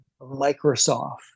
Microsoft